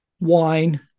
wine